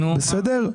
בסדר?